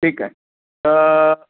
ठीकु आहे त